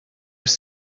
ist